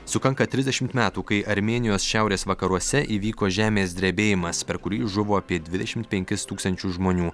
sukanka trisdešimt metų kai armėnijos šiaurės vakaruose įvyko žemės drebėjimas per kurį žuvo apie dvidešimt penkis tūkstančius žmonių